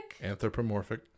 anthropomorphic